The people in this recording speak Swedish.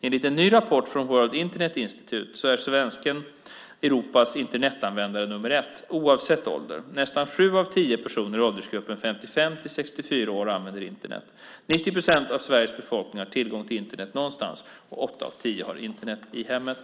Enligt en ny rapport från World Internet Institute så är svensken Europas Internetanvändare nummer ett oavsett ålder. Nästan sju av tio personer i åldersgruppen 55 till 64 år använder Internet. 90 procent av Sveriges befolkning har tillgång till Internet någonstans och åtta av tio har Internet i hemmet.